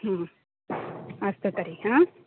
अस्तु तर्हि हा